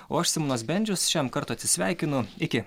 o aš simonas bendžius šiam kartui atsisveikinu iki